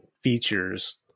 features